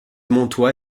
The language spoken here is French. montois